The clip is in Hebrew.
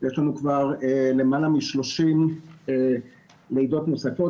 יש לנו למעלה מ-30 לידות נוספות,